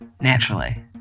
naturally